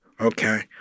Okay